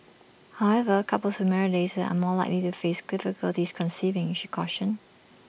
however couples who marry later are more likely to face difficulties conceiving she cautioned